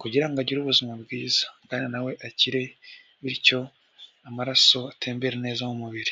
kugira ngo agire ubuzima bwiza, kandi na we akire bityo amaraso atembera neza mu mubiri.